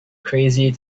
crazy